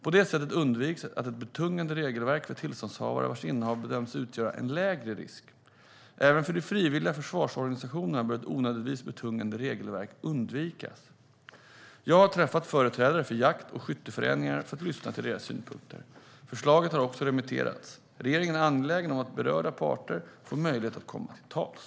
På det sättet undviks ett betungande regelverk för tillståndshavare vars innehav bedöms utgöra en lägre risk. Även för de frivilliga försvarsorganisationerna bör ett onödigt betungande regelverk undvikas. Jag har träffat företrädare för jakt och skytteföreningar för att lyssna till deras synpunkter. Förslaget har också remitterats. Regeringen är angelägen om att berörda parter får möjlighet att komma till tals.